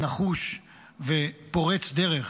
נחוש ופורץ דרך.